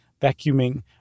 vacuuming